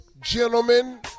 gentlemen